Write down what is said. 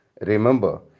remember